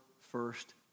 first